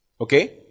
Okay